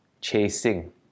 chasing